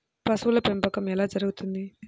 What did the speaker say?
పశువుల పెంపకం ఎలా జరుగుతుంది?